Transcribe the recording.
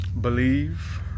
Believe